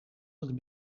het